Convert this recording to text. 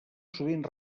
sovint